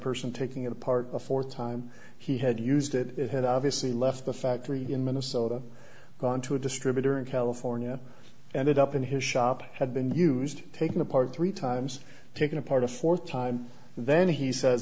person taking it apart a fourth time he had used it had obviously left the factory in minnesota gone to a distributor in california and it up in his shop had been used taken apart three times taken apart a fourth time then he says